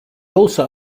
also